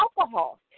alcohol